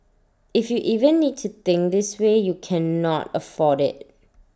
if you even need to think this way you cannot afford IT